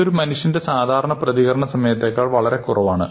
ഇത് ഒരു മനുഷ്യന്റെ സാധാരണ പ്രതികരണ സമയത്തേക്കാൾ വളരെ കുറവാണ്